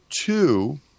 two